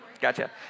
Gotcha